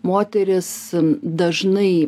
moteris dažnai